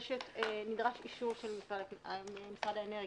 נדרש אישור של משרד האנרגיה.